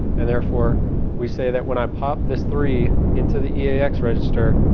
and therefore we say that when i pop this three into the eax register,